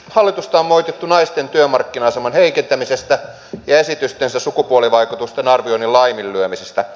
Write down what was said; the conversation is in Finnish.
hallitusta on moitittu naisten työmarkkina aseman heikentämisestä ja esitystensä sukupuolivaikutusten arvioinnin laiminlyömisestä